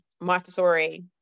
Montessori